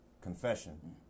confession